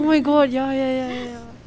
oh my god ya ya ya ya ya